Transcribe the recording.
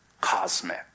cosmic